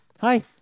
Hi